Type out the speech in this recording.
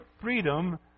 freedom